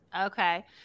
Okay